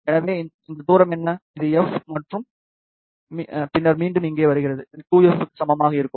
எனவே இந்த தூரம் என்ன இது f மற்றும் பின்னர் மீண்டும் இங்கு வருகிறது அது 2f க்கு சமமாக இருக்கும்